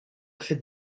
fait